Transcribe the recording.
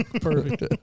Perfect